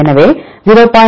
எனவே 0